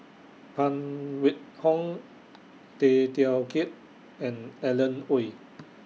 Phan Wait Hong Tay Teow Kiat and Alan Oei